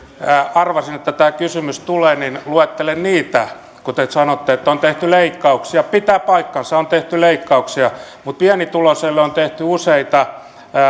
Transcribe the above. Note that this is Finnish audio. arvasin että tämä kysymys tulee luettelen niitä te sanotte että on tehty leikkauksia ja pitää paikkansa on tehty leikkauksia mitä on tehty pienituloisille useita